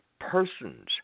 persons